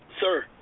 sir